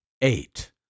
Eight